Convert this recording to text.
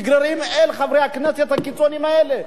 נגררים אל חברי הכנסת הקיצוניים האלה.